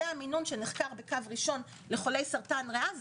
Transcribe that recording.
שנחקר בקו ראשון לחולי סרטן ריאה,